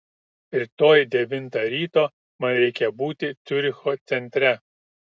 rytoj devintą ryto man reikia būti ciuricho centre